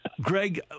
Greg